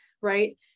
Right